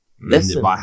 listen